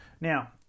Now